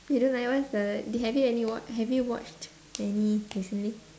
you don't like what's the did have you any wa~ have you watched any recently